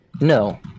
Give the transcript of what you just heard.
No